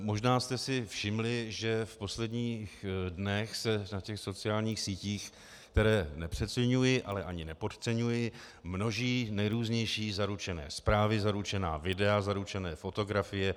Možná jste si všimli, že v posledních dnech se na sociálních sítích, které nepřeceňuji, ale ani nepodceňuji, množí nejrůznější zaručené zprávy, zaručená videa, zaručené fotografie.